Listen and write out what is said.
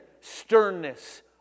Sternness